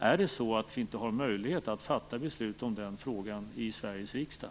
Är det så att vi inte har möjlighet att fatta beslut om den frågan i Sveriges riksdag?